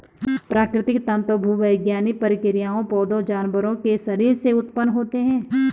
प्राकृतिक तंतु भूवैज्ञानिक प्रक्रियाओं, पौधों, जानवरों के शरीर से उत्पन्न होते हैं